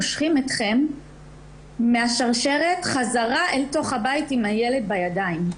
מושכים אתכם מהשרשרת בחזרה אל תוך הבית עם הילד בידיים.